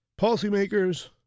policymakers